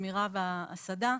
שמירה והסעדה,